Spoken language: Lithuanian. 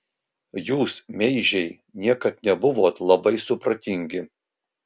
jūs meižiai niekad nebuvot labai supratingi